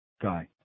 guy